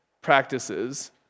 practices